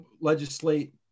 legislate